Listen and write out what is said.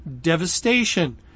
devastation